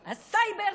הסייבר,